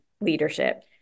leadership